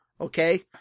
okay